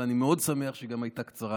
אבל אני מאוד שמח שהיא גם הייתה קצרה,